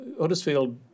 Huddersfield